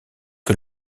que